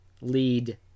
lead